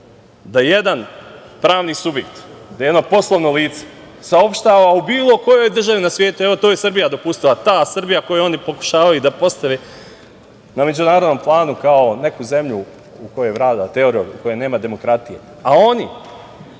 jedan pravni subjekt, da jedno poslovno lice saopštava u bilo kojoj državi na svetu, evo to je i Srbija dopustila, ta Srbija koju oni pokušavaju da postave na međunarodnom planu kao neku zemlju u kojoj vlada teror, u kojoj nema demokratije, a oni